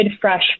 fresh